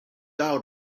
out